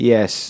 Yes